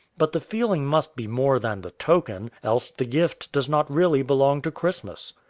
but the feeling must be more than the token else the gift does not really belong to christmas.